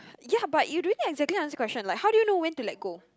ya but you doing exactly answer question like how do you know when to let go